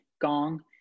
gong